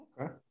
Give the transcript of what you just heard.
Okay